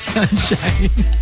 Sunshine